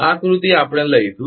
આ આકૃતિ આપણે લઈશું